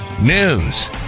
news